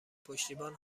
پشتیبان